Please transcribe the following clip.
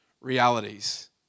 realities